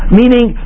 meaning